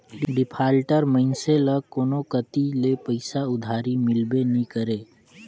defaulter मइनसे ल कोनो कती ले पइसा उधारी मिलबे नी करे